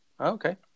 Okay